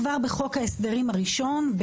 כבר בחוק ההסדרים הראשון,